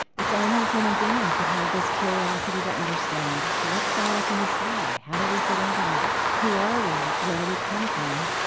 it's only human beings that have this curiosity to understand, what's that up in the sky? how do we fit into that? who are we? where do we come from?